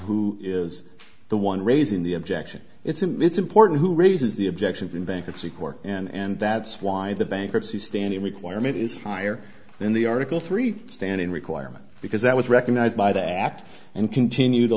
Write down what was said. who is the one raising the objection it's him it's important who raises the objection in bankruptcy court and that's why the bankruptcy standing requirement is higher than the article three standing requirement because that was recognized by the act and continue